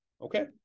okay